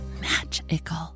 magical